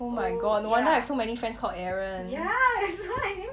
oh my god no wonder I have so many friends called aaron